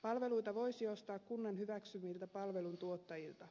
palveluita voisi ostaa kunnan hyväksymiltä palveluntuottajilta